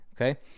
Okay